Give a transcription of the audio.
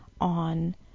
on